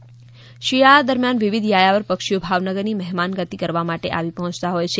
ભાવનગર યાયાવર પક્ષી શિયાળા દરમિયાન વિવિધ યાયાવર પક્ષીઓ ભાવનગરની મહેમાનગતિ માણવા આવી પહોંચતા હોય છે